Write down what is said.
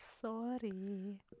Sorry